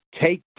Take